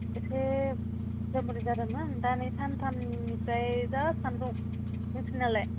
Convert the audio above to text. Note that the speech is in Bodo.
इसे थान्दा जादोंमोन दा नै सानथामनिफ्राय जा सानदुं नोंसोरनालाय